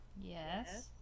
Yes